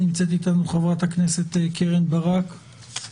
נמצאת אתנו חברת הכנסת קרן ברק.